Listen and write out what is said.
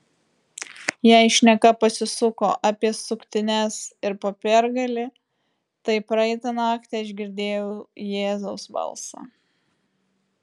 jei šneka pasisuko apie suktines ir popiergalį tai praeitą naktį aš girdėjau jėzaus balsą